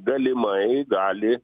galimai gali